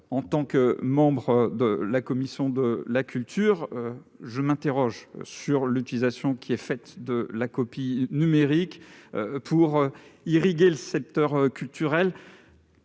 en tant que membre de la commission de la culture, je m'interroge sur l'utilisation de la rémunération pour copie numérique pour irriguer le secteur culturel.